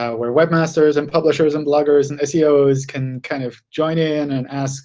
ah where webmasters and publishers and bloggers and seos can kind of join in and ask